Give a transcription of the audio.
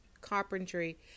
carpentry